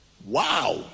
Wow